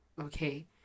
Okay